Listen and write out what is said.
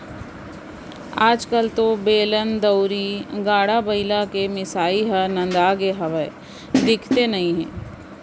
आज कल तो बेलन, दउंरी, गाड़ा बइला के मिसाई ह नंदागे हावय, दिखते नइये